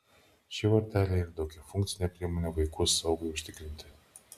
šie varteliai yra daugiafunkcė priemonė vaikų saugai užtikrinti